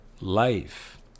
life